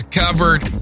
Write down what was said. covered